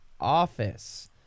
office